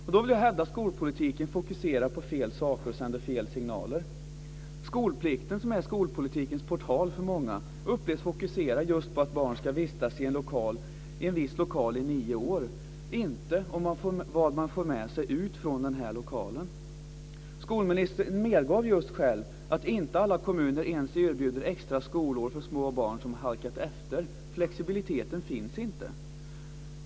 Där vill jag hävda att skolpolitiken fokuserar på fel saker och sänder fel signaler. Skolplikten, som är skolpolitiken portal för många, upplevs fokusera just på att barnen ska vistas i en viss lokal i nio år och inte vad de för med sig ut från den lokalen. Skolministern medgav just själv att alla kommuner inte ens erbjuder extra skolår för små barn som halkat efter. Flexibiliteten finns inte.